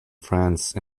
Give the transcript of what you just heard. france